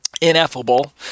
ineffable